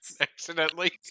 Accidentally